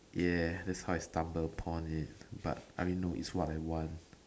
ya that's how it started a point with but I mean no is what I want